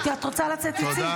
את רוצה לצאת, צאי.